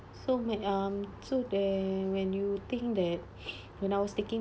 so my um so there when you think that when I was taking